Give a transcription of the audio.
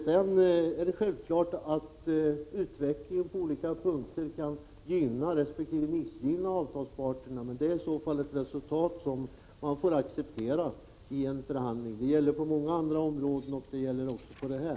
Sedan är det självklart att utvecklingen på olika sätt kan gynna resp. missgynna avtalsparter, men det är i så fall ett resultat av en förhandling och får accepteras. Det gäller på många andra områden, och det gäller också på det här.